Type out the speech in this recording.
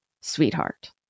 sweetheart